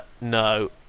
no